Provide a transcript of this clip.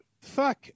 fuck